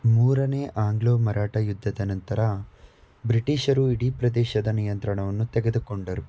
ಮೂರನೇ ಆಂಗ್ಲೋ ಮರಾಠ ಯುದ್ಧದ ನಂತರ ಬ್ರಿಟಿಷರು ಇಡೀ ಪ್ರದೇಶದ ನಿಯಂತ್ರಣವನ್ನು ತೆಗೆದುಕೊಂಡರು